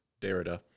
Derrida